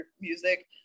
music